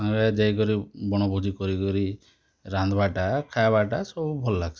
ସନ୍ଧ୍ୟାବେଳେ ଯାଇ କରି ବଣ ଭୋଜି କରି କରି ରାନ୍ଧବାଟା ଖାଇବାଟା ସବୁ ଭଲ ଲାଗ୍ସି